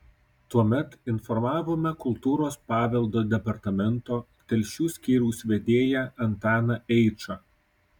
tuomet informavome kultūros paveldo departamento telšių skyriaus vedėją antaną eičą